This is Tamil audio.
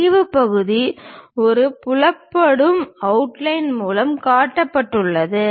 பிரிவு பகுதி ஒரு புலப்படும் அவுட்லைன் மூலம் கட்டுப்படுத்தப்பட்டுள்ளது